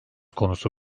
konusu